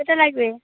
কতো লাগবে